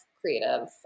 creative